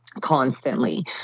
constantly